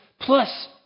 plus